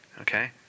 okay